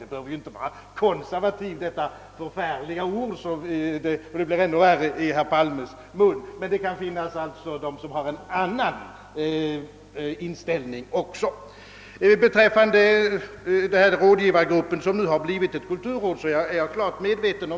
Den behöver inte vara konservativ — detta förfärliga ord, som låter ännu värre i herr Palmes mun — utan det kan också vara sådana som har en annan inställning. Jag är klart medveten om att rådgivargruppen nu har blivit ett kulturråd.